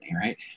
Right